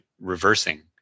reversing